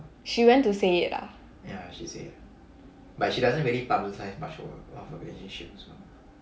she went to say it ah